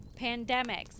pandemics